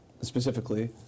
Specifically